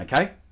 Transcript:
Okay